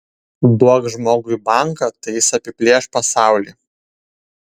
duok žmogui banką tai jis apiplėš pasaulį